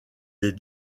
des